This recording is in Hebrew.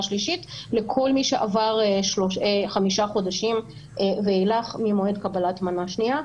שלישית לכל מי שעבר חמישה חודשים ואילך ממועד קבלת מנה שנייה,